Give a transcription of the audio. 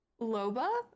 Loba